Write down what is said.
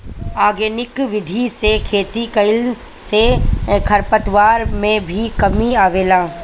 organic विधि से खेती कईला से खरपतवार में भी कमी आवेला